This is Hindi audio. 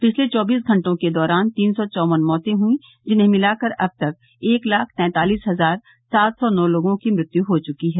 पिछले चौबीस घंटों के दौरान तीन सौ चौवन मौतें हुई जिन्हें मिलाकर अब तक एक लाख तैंतालिस हजार सात सौ नौ लोगों की मृत्यू हो चुकी है